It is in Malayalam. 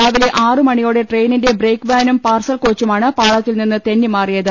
രാവിലെ ആറുമണിയോടെ ട്രെയിനിന്റെ ബ്രെയ്ക്ക് വാനും പാർസൽ കോച്ചുമാണ് പാളത്തിൽ നിന്ന് തെന്നിമാറിയത്